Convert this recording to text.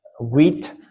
wheat